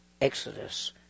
Exodus